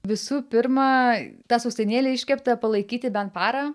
visų pirma tą sausainėlį iškeptą palaikyti bent parą